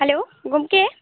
hello ᱜᱚᱢᱠᱮ